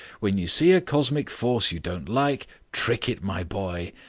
when you see a cosmic force you don't like, trick it, my boy.